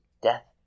Death